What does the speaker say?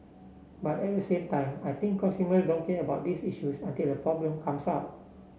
but at the same time I think consumer don't care about these issues until a problem comes up